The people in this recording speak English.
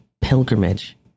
pilgrimage